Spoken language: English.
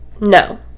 no